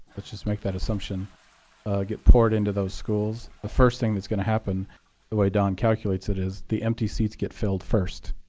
let's just make that assumption get poured into those schools, the first thing that's going to happen the way don calculates it is the empty seats get filled first.